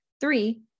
Three